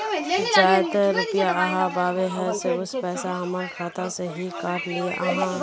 जयते रुपया आहाँ पाबे है उ पैसा हमर खाता से हि काट लिये आहाँ?